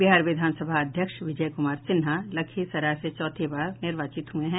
बिहार विधानसभा अध्यक्ष विजय कुमार सिन्हा लखीसराय से चौथी बार निर्वाचित हुए हैं